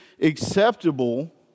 acceptable